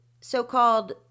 so-called